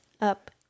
Up